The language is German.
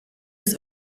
des